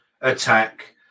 attack